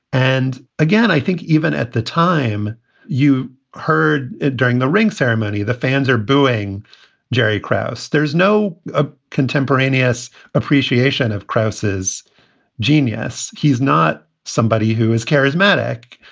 and again, i think even at the time you heard it during the ring ceremony, the fans are booing jerry krauss. there's no ah contemporaneous appreciation of krauss's genius. he's not somebody who is charismatic.